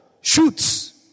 shoots